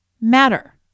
matter